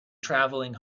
travelling